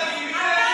אתה גינית את זה?